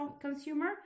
consumer